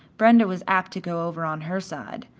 brenda was apt to go over on her side,